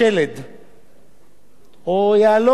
או יהלום, שהיינו צריכים ללטש אותו,